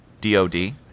D-O-D